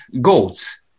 goats